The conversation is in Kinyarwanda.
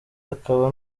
akaba